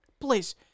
Please